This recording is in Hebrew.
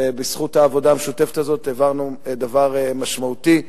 ובזכות העבודה המשותפת הזאת העברנו דבר משמעותי.